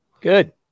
Good